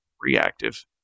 reactive